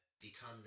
become